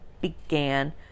began